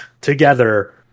together